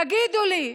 תגידו לי,